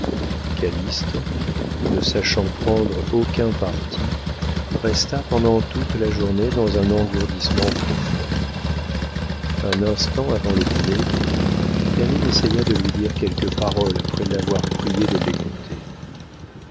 calyste ne sachant prendre aucun parti resta pendant toute la journée dans un engourdissement profond un instant avant le dîner camille essaya de lui dire quelques paroles après l'avoir prié de l'écouter